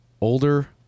older